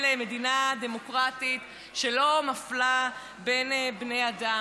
מדינה דמוקרטית שלא מפלה בין בני אדם.